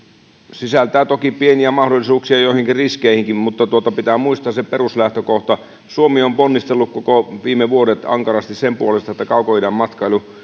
sisältää toki pieniä mahdollisuuksia joihinkin riskeihinkin mutta pitää muistaa se peruslähtökohta suomi on ponnistellut koko viime vuodet ankarasti sen puolesta että kaukoidän matkailu